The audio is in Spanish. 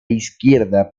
izquierda